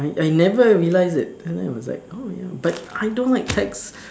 I never realize it then I was like oh ya but I don't like tech